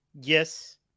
Yes